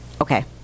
Okay